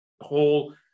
whole